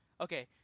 okay